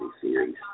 series